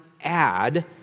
add